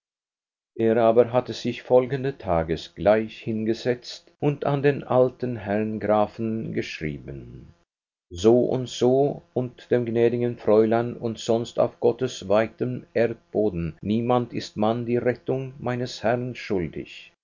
er aber hatte sich folgenden tages gleich hingesetzt und an den alten herrn grafen geschrieben so und so und dem gnädigen fräulein und sonst auf gottes weitem erdboden niemand ist man die rettung meines herrn schuldig